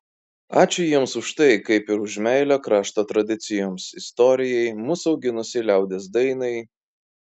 ačiū jiems už tai kaip ir už meilę krašto tradicijoms istorijai mus auginusiai liaudies dainai